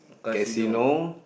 casino